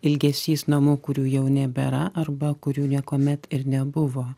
ilgesys namų kurių jau nebėra arba kurių niekuomet ir nebuvo